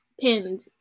pinned